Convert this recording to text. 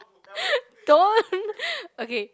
don't okay